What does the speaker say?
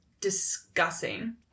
discussing